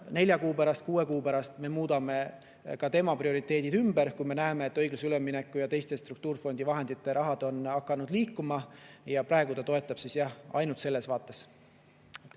nelja kuu pärast või kuue kuu pärast me muudame tema prioriteedid ümber, kui me näeme, et õiglase ülemineku ja teiste struktuurifondide vahendite rahad on hakanud liikuma. Praegu ta toetab ainult selles vaates.